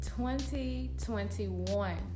2021